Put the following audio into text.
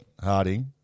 Harding